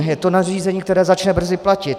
Je to nařízení, které začne brzo platit.